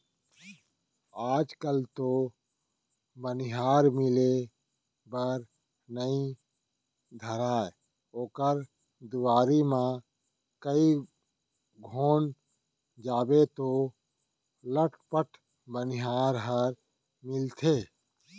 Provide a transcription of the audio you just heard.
आज कल तो बनिहार मिले बर नइ धरय ओकर दुवारी म कइ घौं जाबे तौ लटपट बनिहार ह मिलथे